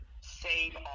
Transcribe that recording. save